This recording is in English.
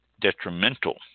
detrimental